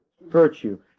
Virtue